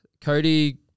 Cody